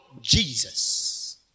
Jesus